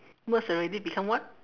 merge already become what